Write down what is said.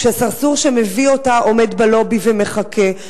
כשהסרסור שמביא אותה עומד בלובי ומחכה.